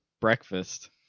breakfast